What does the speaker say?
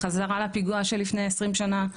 חזרה לפיגוע שלפני 20 שנה.